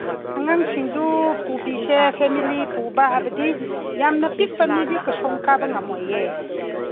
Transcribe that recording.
ꯑꯉꯥꯡꯁꯤꯡꯗꯣ ꯄꯨꯕꯤꯁꯦ ꯐꯦꯃꯤꯂꯤ ꯄꯨꯕ ꯍꯥꯏꯕꯗꯤ ꯌꯥꯝꯅ ꯄꯤꯛꯄ ꯃꯤꯗꯤ ꯀꯁꯣꯡ ꯀꯥꯕ ꯉꯝꯃꯣꯏꯌꯦ